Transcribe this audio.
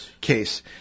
case